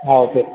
okay